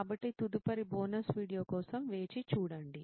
కాబట్టి తదుపరి bonus video కోసం వేచి చూడండి